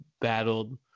battled –